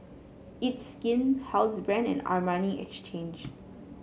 It's Skin Housebrand and Armani Exchange